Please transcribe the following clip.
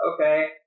Okay